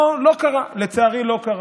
לא קרה, לצערי, לא קרה.